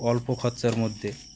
অল্প খরচার মধ্যে